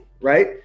right